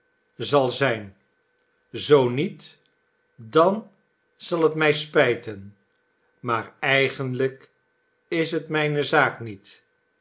zal zijn zoo niet dan zal het my spijten maar eigenlijk is het mijne zaak niet